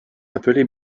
appeler